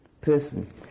Person